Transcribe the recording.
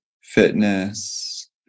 fitness